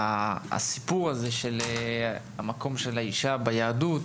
והסיפור הזה של המקום של האישה ביהדות,